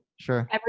Sure